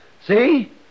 See